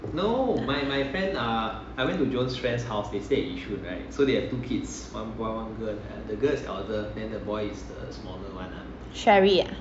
sherry ah